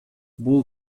бул